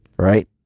Right